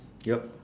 yup